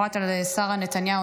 בפרט על שרה נתניהו,